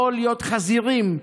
לא להיות חזירים,